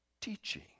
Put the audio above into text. teaching